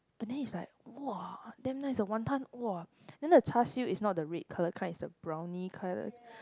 but then it's like !wah! damn nice the wanton !wah! then the char siew is not the red colour kind it's the browny colour